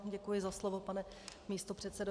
Děkuji za slovo, pane místopředsedo.